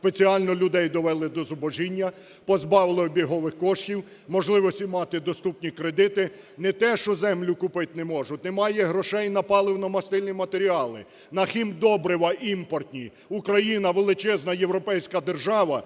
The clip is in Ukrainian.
Спеціально людей довели до зубожіння, позбавили обігових коштів, можливості мати доступні кредити. Не те, що землю купити не можуть, немає грошей на паливно-мастильні матеріали, на хімдобрива імпортні. Україна – величезна європейська держава,